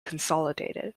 consolidated